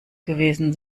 gewesen